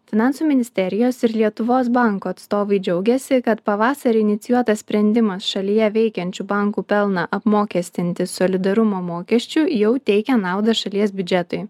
finansų ministerijos ir lietuvos banko atstovai džiaugiasi kad pavasarį inicijuotas sprendimas šalyje veikiančių bankų pelną apmokestinti solidarumo mokesčiu jau teikia naudą šalies biudžetui